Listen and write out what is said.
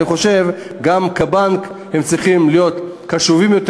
אני חושב שגם כבנק הם צריכים להיות קשובים יותר